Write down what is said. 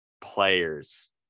players